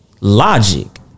logic